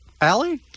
Allie